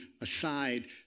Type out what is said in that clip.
aside